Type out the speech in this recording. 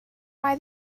why